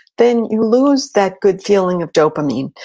then you lose that good feeling of dopamine,